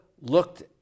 looked